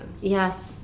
Yes